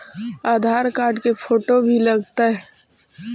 आधार card के photo भी लग तै?